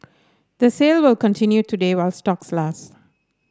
the sale will continue today while stocks last